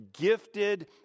gifted